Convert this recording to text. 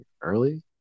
early